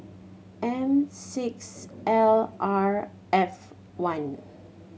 M six L R F one